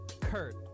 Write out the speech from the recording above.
kurt